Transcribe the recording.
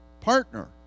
partner